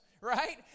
right